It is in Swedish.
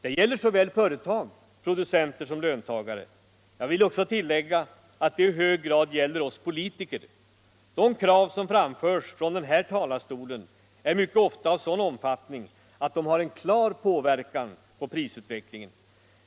Det gäller såväl företag och producenter som löntagare. Jag vill också tillägga att detta i hög grad gäller oss politiker. De krav som framförs från den här talarstolen är mycket ofta av sådan omfattning att de har en klar påverkan på prisutvecklingen.